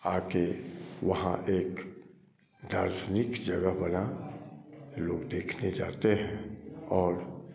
आ कर वहाँ एक दार्शनिक जगह बना लोग देखने जाते हैं और